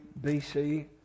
BC